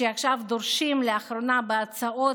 שעכשיו דורשים הצעות